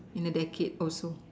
in a decade also